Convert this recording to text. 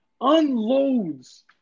unloads